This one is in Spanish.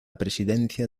presidencia